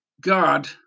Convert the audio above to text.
God